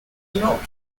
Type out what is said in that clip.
not